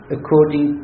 According